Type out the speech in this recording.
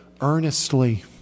earnestly